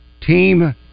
team